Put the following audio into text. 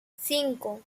cinco